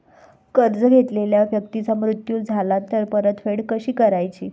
कर्ज घेतलेल्या व्यक्तीचा मृत्यू झाला तर परतफेड कशी करायची?